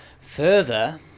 further